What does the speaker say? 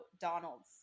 Donald's